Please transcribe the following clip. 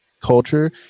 culture